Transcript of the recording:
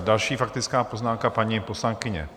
Další faktická poznámka, paní poslankyně Peštová.